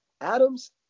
atoms